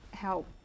help